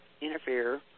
interfere